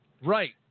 Right